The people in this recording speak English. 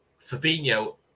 Fabinho